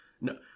no